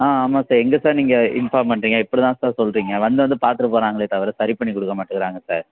ஆ ஆமாம் எங்கே சார் நீங்கள் இன்ஃபார்ம் பண்ணுறீங்க இப்படி தான் சார் சொல்கிறீங்க வந்து வந்து பார்த்துட்டு போகிறாங்களே தவிர சரி பண்ணி கொடுக்க மாட்டுக்கிறாங்க சார்